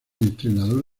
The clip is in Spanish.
entrenador